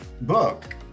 book